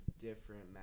different